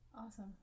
Awesome